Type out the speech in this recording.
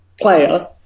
player